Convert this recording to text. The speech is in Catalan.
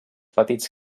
petits